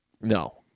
No